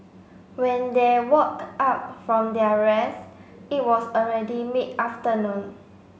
when they woke up from their rest it was already mid afternoon